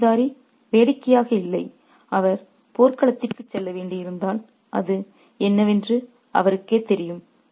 ஜாகிர்தாரி வேடிக்கையாக இல்லை அவர் போர்க்களத்திற்கு செல்ல வேண்டியிருந்தால் அது என்னவென்று அவருக்குத் தெரியும்